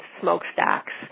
smokestacks